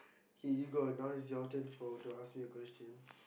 K you got now it's your turn to ask me a question